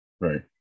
right